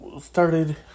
started